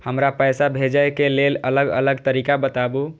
हमरा पैसा भेजै के लेल अलग अलग तरीका बताबु?